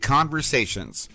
Conversations